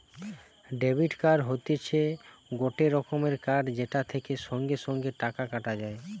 debit card হতিছে গটে রকমের কার্ড যেটা থেকে সঙ্গে সঙ্গে টাকা কাটা যায়